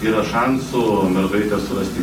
yra šansų mergaitę surasti